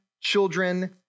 children